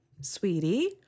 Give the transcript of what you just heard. Sweetie